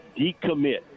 decommit